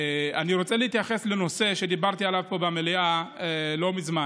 אני רוצה להתייחס לנושא שדיברתי עליו פה במליאה לא מזמן,